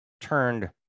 turned